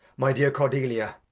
my dear cordelia!